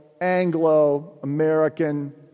Anglo-American